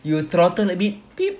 you throttle abit beep